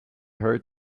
heard